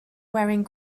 wearing